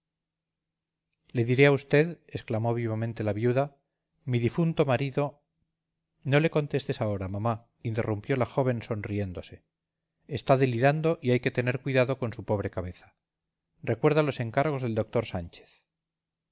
le diré a usted exclamó vivamente la viuda mi difunto marido no le contestes ahora mamá interrumpió la joven sonriéndose está delirando y hay que tener cuidado con su pobre cabeza recuerda los encargos del doctor sánchez